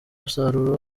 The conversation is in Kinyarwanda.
umusaruro